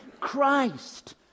Christ